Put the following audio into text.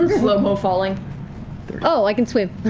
slow-mo falling. laura oh, i can swim.